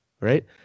right